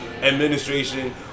administration